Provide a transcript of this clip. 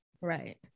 Right